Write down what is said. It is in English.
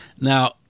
Now